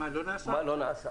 משמעותי.